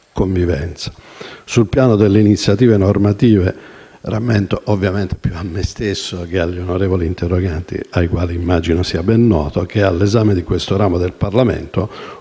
convivenza. Sul piano delle iniziative normative, ricordo (ovviamente più a me stesso che agli onorevoli interroganti ai quali immagino sia ben noto) che è all'esame di questo ramo del Parlamento